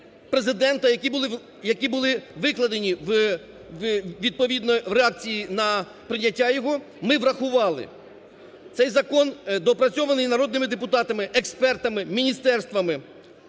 Президента, які були викладені відповідно в реакції на прийняття його, ми врахували. Цей закон доопрацьований народними депутатами, експертами, міністерствами.